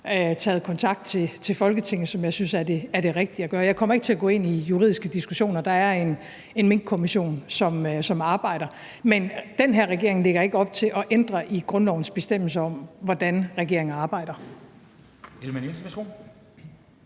taget kontakt til Folketinget, som jeg synes er det rigtige at gøre, og jeg kommer ikke til at gå ind i juridiske diskussioner. Der er en Minkkommission, som arbejder, men den her regering lægger ikke op til at ændre i grundlovens bestemmelser om, hvordan regeringen arbejder.